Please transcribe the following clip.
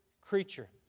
creature